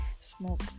Smoke